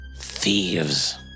Thieves